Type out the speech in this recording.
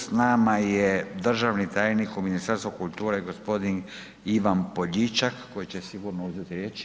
S nama je državni tajnik u Ministarstvu kulture gospodin Ivan Poljičak, koji će sigurno uzeti riječ.